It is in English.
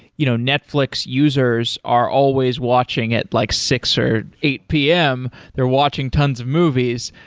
you know netflix users are always watching at like six or eight pm. they're watching tons of movies.